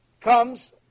comes